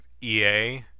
EA